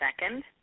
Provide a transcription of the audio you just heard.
second